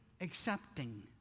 accepting